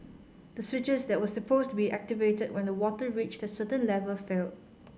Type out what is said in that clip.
the switches that were supposed to be activated when the water reached a certain level failed